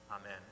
Amen